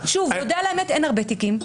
שוב, תודה על האמת, אין הרבה תיקים.